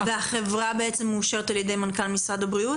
והחברה מאושרת על-ידי מנכ"ל משרד הבריאות?